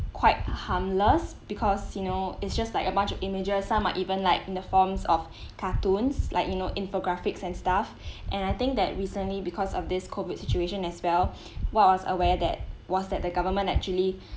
quite harmless because you know it's just like a bunch of images some are even like in the forms of cartoons like you know info-graphics and stuff and I think that recently because of this COVID situation as well what I was aware that was that the government actually